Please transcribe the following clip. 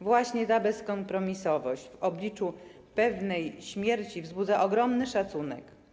Właśnie ta bezkompromisowość w obliczu pewnej śmierci wzbudza ogromny szacunek.